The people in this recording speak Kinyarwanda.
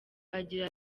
agira